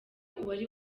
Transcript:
uwari